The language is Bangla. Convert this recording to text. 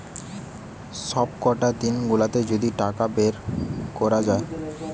সবকটা দিন গুলাতে যদি টাকা বের কোরা যায়